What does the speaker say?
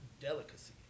delicacy